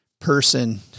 person